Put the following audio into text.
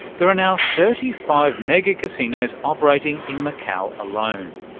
there are now thirty five mega-casinos operating in macau alone.